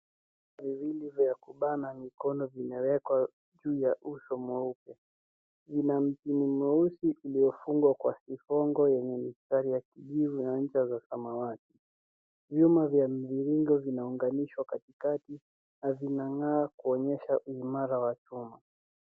Viwili vya kubana mikono vimewekwa juu ya uso mweupe zina msimu mweusi uliofungwa kwa sifongo yenye mistari ya kijivu na ncha za samawati nyuma vya mviringo vinaunganishwa kati kati na vinangaa kuonyesha uimara wa chuma.